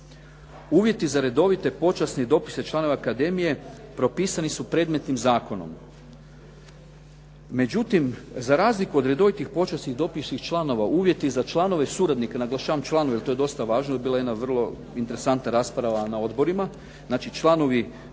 Uvjeti za redovite, počasne i dopisne članove akademije propisani su predmetnim zakonom. Međutim, za razliku od redovitih počasnih dopisnih članova, uvjeti za članove suradnike, naglašavam članove, jer to je dosta važna, bila je jedna vrlo interesantna rasprava na odborima, znači članovi suradnici,